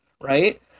right